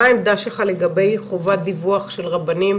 מה העמדה שלך לגבי חובת דיווח של רבנים,